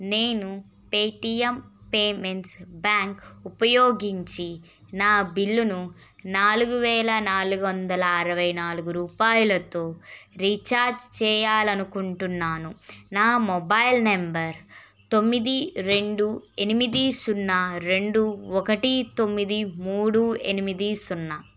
నేను Paytm payments bank ఉపయోగించి నా బిల్లును నాలుగు వేల నాలుగు వందల అరవై నాలుగు రూపాయలతో రీఛార్జ్ చేయాలనుకుంటున్నాను నా మొబైల్ నెంబర్ తొమ్మిది రెండు ఎనిమిది సున్నా రెండు ఒకటి తొమ్మిది మూడు ఎనిమిది సున్నా